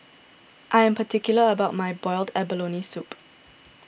I am particular about my Boiled Abalone Soup